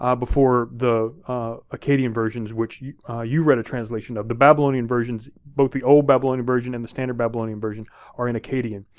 before the akkadian versions which you you read a translation of, the babylonian versions, both the old babylonian version and the standard babylonian version are in akkadian.